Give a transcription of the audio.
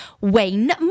Wayne